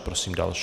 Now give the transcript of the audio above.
Prosím další.